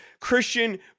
Christian